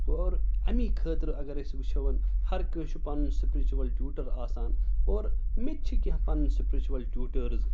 گوٚو اور اَمی خٲطرٕ اگر أسۍ وٕچھو وَن ہر کٲنٛسہِ چھُ پَنُن سِپرِچُوَل ٹیوٗٹر آسان اور مےٚ تہِ چھِ کیٚنٛہہ پَنٕنۍ سِپرِچُوَل ٹیوٗٹٲرٕز